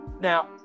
Now